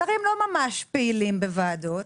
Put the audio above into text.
שרים לא ממש פעילים בוועדות.